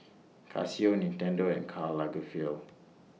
Casio Nintendo and Karl Lagerfeld